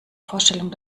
vorstellung